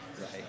Right